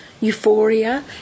euphoria